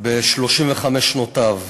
ב-35 שנותיו.